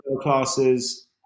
classes